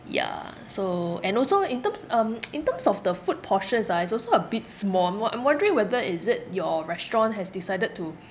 yeah so and also in terms um in terms of the food portions ah it's also a bit small uh I'm wondering whether is it your restaurant has decided to